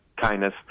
kindness